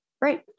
Right